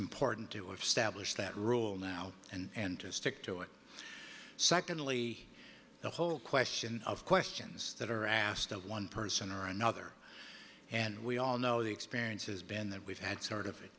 important to have stablished that rule now and to stick to it secondly the whole question of questions that are asked of one person or another and we all know the experiences been that we've had